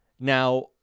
Now